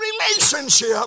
relationship